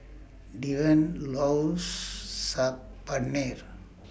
Deven loves Saag Paneer